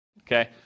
okay